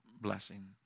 blessing